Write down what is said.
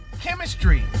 chemistry